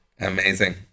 Amazing